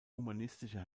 humanistische